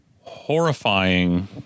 horrifying